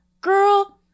Girl